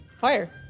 Fire